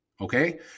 Okay